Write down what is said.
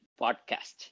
podcast